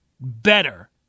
better